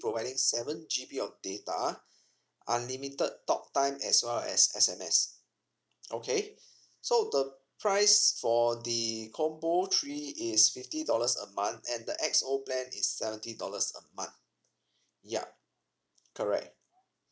providing seven G_B of data unlimited talk time as well as S_M_S okay so the price for the combo three is fifty dollars a month and the X_O plan is seventy dollars a month yup correct